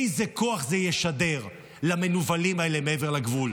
איזה כוח זה ישדר למנוולים האלה מעבר לגבול,